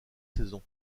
saison